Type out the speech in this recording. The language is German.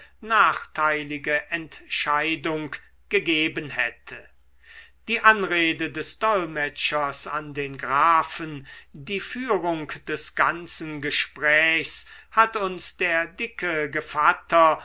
nachteilige entscheidung gegeben hätte die anrede des dolmetschers an den grafen die führung des ganzen gesprächs hat uns der dicke gevatter